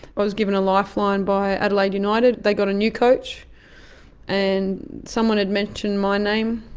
i was given a lifeline by adelaide united, they got a new coach and someone had mentioned my name.